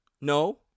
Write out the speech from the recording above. No